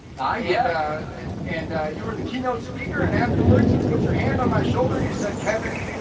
ah, yeah. and, and you were the keynote speaker. and afterwards you put your hand on my shoulder and you said, kevin,